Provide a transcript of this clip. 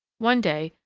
one day,